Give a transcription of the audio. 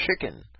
chicken